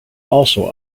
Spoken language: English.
also